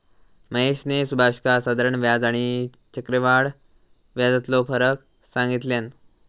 महेशने सुभाषका साधारण व्याज आणि आणि चक्रव्याढ व्याजातलो फरक सांगितल्यान